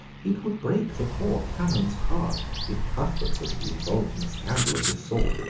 it would break the poor canon's heart if cuthbert were to be involved in a scandal of this sort.